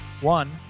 One